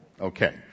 Okay